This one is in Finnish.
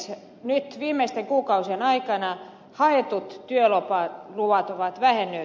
nyt viimeisten kuukausien aikana haetut työluvat on vähentyneet